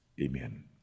Amen